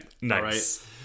Nice